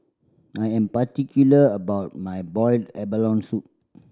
I am particular about my boiled abalone soup